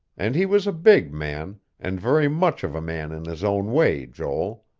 and he was a big man, and very much of a man in his own way, joel.